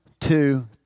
two